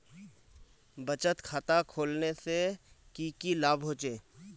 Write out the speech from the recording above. बचत खाता खोलने से की की लाभ होचे?